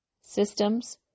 systems